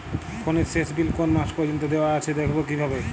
ফোনের শেষ বিল কোন মাস পর্যন্ত দেওয়া আছে দেখবো কিভাবে?